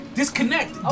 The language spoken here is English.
disconnect